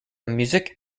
music